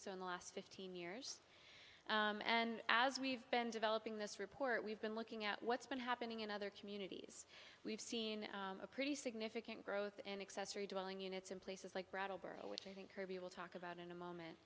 so in the last fifteen years and as we've been developing this report we've been looking at what's been happening in other communities we've seen a pretty significant growth and accessory dwelling units in places like brattleboro which i think kirby will talk about in a moment